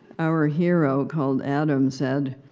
our hero, called adam, said,